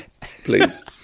please